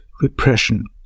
repression